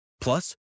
plus